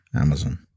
Amazon